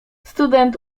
student